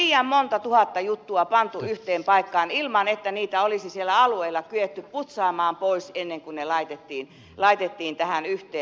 silloin on liian monta tuhatta juttua pantu yhteen paikkaan ilman että niitä olisi siellä alueella kyetty putsaamaan pois ennen kuin laitettiin yhteen